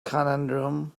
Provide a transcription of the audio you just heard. conundrum